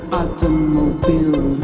automobile